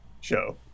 show